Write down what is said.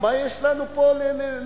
מה יש לנו פה לחלק?